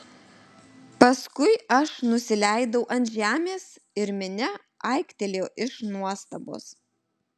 paskui aš nusileidau ant žemės ir minia aiktelėjo iš nuostabos